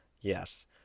Yes